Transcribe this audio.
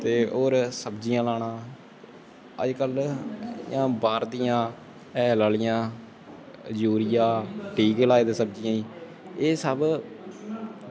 होर सब्जियां लाना ते अजकल्ल बाह्र दियां हैल दियां यूरिया टीके लाए दे सब्ज़ियें गी एह् सब